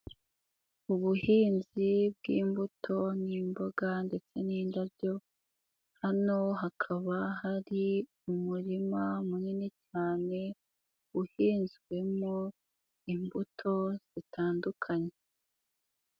Ubuhinzi bw'imbuto n'imboga ndetse n'indabyo hano hakaba hari umurima munini cyane uhinzwemo imbuto zitandukanye.